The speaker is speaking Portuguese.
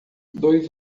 dois